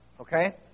Okay